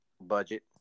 Budget